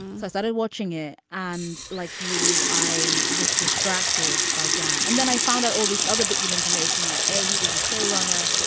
so i started watching it. and like you i was distracted by dan and then i found out all these other bits of information that he was a show runner.